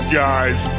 guys